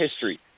history